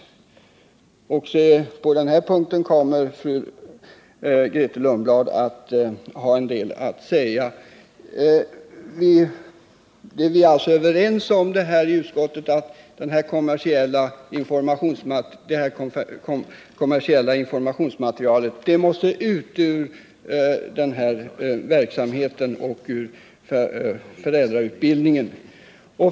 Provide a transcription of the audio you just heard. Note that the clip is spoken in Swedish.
Också på den här punkten kommer Grethe Lundblad att ha en del att säga. Vi är alltså överens i utskottet om att det kommersiella informationsmaterialet måste bort.